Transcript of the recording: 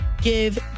give